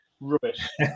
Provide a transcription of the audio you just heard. rubbish